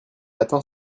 atteint